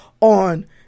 on